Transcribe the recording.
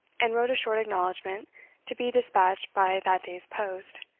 and wrote a short acknowledgment to be despatched by that day's post,